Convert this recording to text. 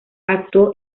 actuó